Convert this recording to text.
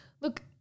look